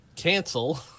cancel